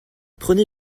prenez